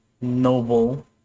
noble